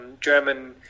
German